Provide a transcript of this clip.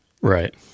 Right